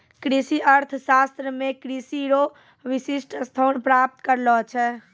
कृषि अर्थशास्त्र मे कृषि रो विशिष्ट स्थान प्राप्त करलो छै